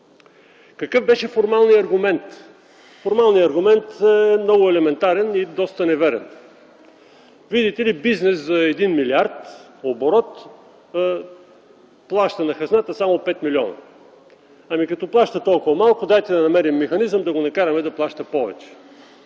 Какъв беше формалният аргумент? Той е много елементарен и доста неверен. Видите ли, бизнес за един милиард оборот плаща на хазната само пет милиона – ами, като плаща толкова малко, дайте да намерим механизъм и да го накараме да плаща повече